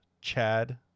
Chad